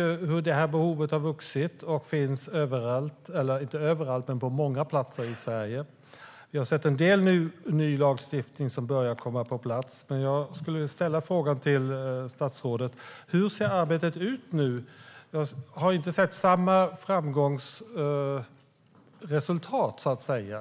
Nu ser vi hur behovet har vuxit och finns på många platser i Sverige. Vi har sett en del ny lagstiftning som börjar komma på plats. Men jag vill fråga statsrådet: Hur ser arbetet ut nu? Jag har inte sett samma framgångsresultat i